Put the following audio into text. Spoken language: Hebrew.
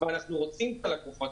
ללקוחות ורוצים את הלקוחות.